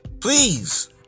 Please